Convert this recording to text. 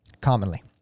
commonly